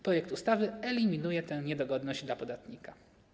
Projekt ustawy eliminuje tę niedogodność dla podatnika.